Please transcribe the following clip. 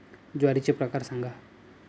ज्वारीचे प्रकार सांगा